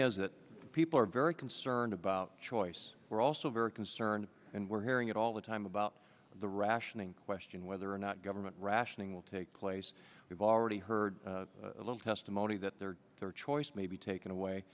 is that people are very concerned about choice we're also very concerned and we're hearing it all the time about the rationing question whether or not government rationing will take place we've already heard a little testimony that there their choice may be taken away